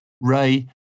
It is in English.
Ray